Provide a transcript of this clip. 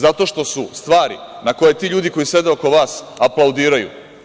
Zato što su stvari na koje ti ljudi koji sede oko vas aplaudiraju.